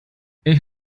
ich